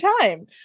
time